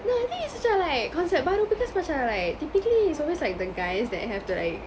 no I think it's macam like concept baru because macam like typically it's always like the guys that have to like